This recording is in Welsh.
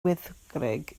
wyddgrug